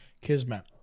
Kismet